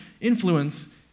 influence